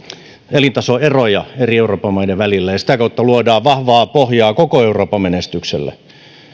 elintasoeroja eri euroopan maiden välillä ja sitä kautta luodaan vahvaa pohjaa koko euroopan menestykselle